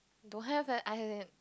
don't have eh as in